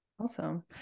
Awesome